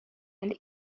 and